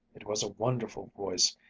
it was a wonderful voice,